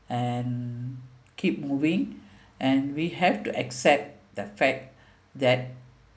and keep moving and we have to accept the fact that